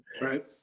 Right